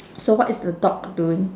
so what is the dog doing